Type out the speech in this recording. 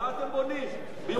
בירושלים אתם לא בונים,